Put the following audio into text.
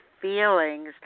feelings